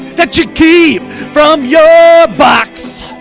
that you keep from your box